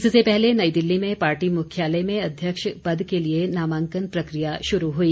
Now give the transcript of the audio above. इससे पहले नई दिल्ली में पार्टी मुख्यालय में अध्यक्ष पद के लिए नामांकन प्रक्रिया शुरू हुई